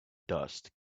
dust